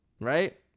right